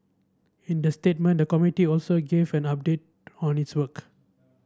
in the statement the committee also gave an update on its work